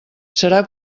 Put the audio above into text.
serà